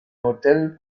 modell